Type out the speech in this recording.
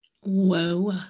Whoa